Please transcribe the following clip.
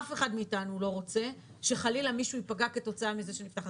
אף אחד מאתנו לא רוצה שחלילה מישהו ייפגע כתוצאה מזה שזה נפתח.